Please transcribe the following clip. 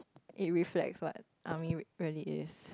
it reflects what army really is